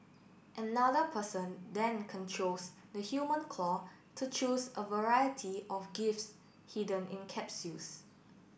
another person then controls the human claw to choose a variety of gifts hidden in capsules